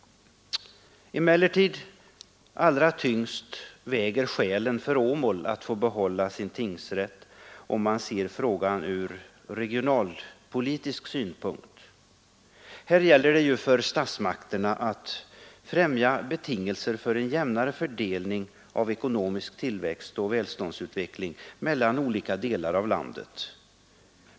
Emellertid väger skälen för att Åmål får behålla sin tingsrätt allra tyngst, om man ser frågan ur regionalpolitisk synpunkt. Här gäller det för statsmakterna att främja betingelserna för en jämnare fördelning av ekonomisk tillväxt och välståndsutveckling mellan olika delar av landet.